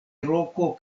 roko